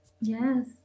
Yes